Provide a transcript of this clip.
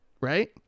Right